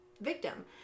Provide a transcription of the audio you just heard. victim